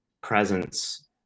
presence